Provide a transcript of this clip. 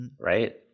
right